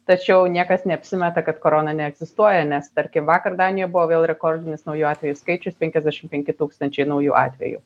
tačiau niekas neapsimeta kad korona neegzistuoja nes tarkim vakar danijoj buvo vėl rekordinis naujų atvejų skaičius penkiasdešim penki tūkstančiai naujų atvejų